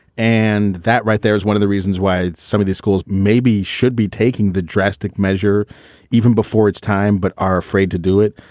and that right there is one of the reasons why some of these schools maybe should be taking the drastic measure even before its time, but are afraid to do it.